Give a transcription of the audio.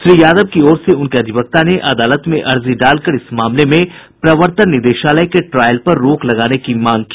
श्री यादव की ओर से उनके अधिवक्ता ने अदालत में अर्जी डालकर इस मामले में प्रवर्तन निदेशालय के ट्रायल पर रोक लगाने की मांग की